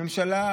הממשלה,